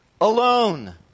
alone